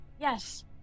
Yes